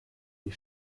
die